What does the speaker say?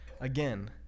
Again